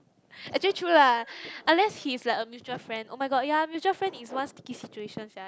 actually true lah unless he is like a mutual friend oh-my-god ya mutual friend is one sticky situation sia